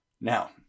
now